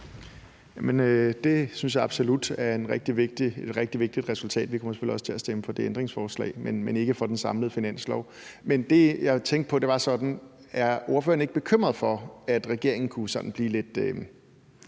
det synes jeg absolut er et rigtig vigtigt resultat, og vi kommer selvfølgelig også til at stemme for det ændringsforslag, men ikke for den samlede finanslov. Men det, jeg jo tænkte på, var, om ordføreren ikke er bekymret for, at regeringen nu ligesom